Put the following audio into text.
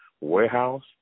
warehouse